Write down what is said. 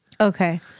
Okay